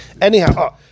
Anyhow